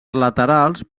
laterals